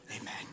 amen